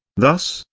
thus,